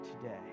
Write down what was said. today